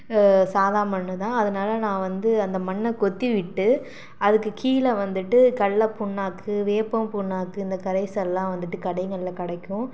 சாதா மண்ணு தான் அதனால நான் வந்து அந்த மண்ணை கொத்தி விட்டு அதுக்கு கீழே வந்துவிட்டு கல்லப் புண்ணாக்கு வேப்பம் புண்ணாக்கு இந்த கரைசல்லாம் வந்துவிட்டு கடைங்களில் கடைக்கும்